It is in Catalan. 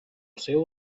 seu